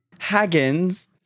haggins